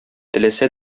теләсә